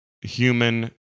human